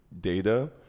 Data